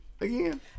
again